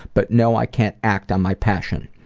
but know i can't act on my passion.